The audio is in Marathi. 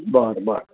बरं बर